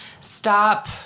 stop